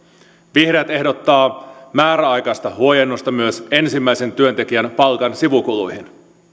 vihreät ehdottavat määräaikaista huojennusta myös ensimmäisen työntekijän palkan sivukuluihin